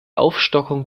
aufstockung